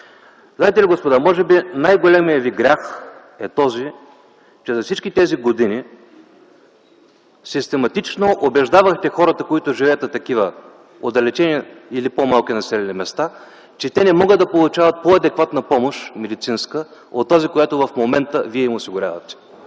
Знаете ли, господа, може би най-големият ви грях е този, че за всички тези години систематично убеждавахте хората, които живеят на такива отдалечени или по-малки населени места, че те не могат да получават по-адекватна медицинска помощ от тази, която в момента вие им осигурявате.